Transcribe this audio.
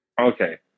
Okay